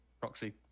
Proxy